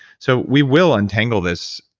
so we will untangle this,